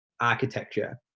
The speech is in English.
architecture